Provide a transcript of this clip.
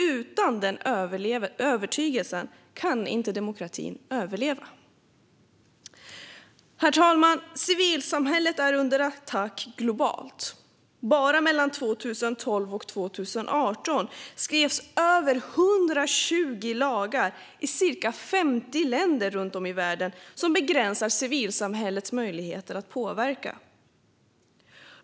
Utan den övertygelsen kan inte demokratin överleva. Herr talman! Civilsamhället är under attack globalt. Bara mellan 2012 och 2018 skrevs över 120 lagar i ca 50 länder runt om i världen som begränsar civilsamhällets möjlighet att påverka.